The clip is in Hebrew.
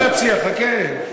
לך אסור להציע, חכה.